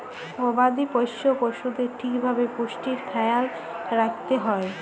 গবাদি পশ্য পশুদের ঠিক ভাবে পুষ্টির খ্যায়াল রাইখতে হ্যয়